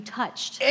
touched